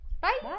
bye